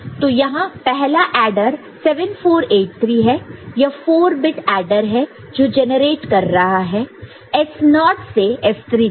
तो यहां पहला एडर 7483 है यह 4 बिट एडर है जो जेनरेट कर रहा है S0 नॉट् naught से S3 तक